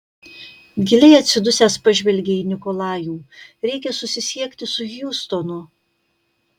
giliai atsidusęs pažvelgė į nikolajų reikia susisiekti su hjustonu